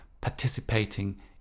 participating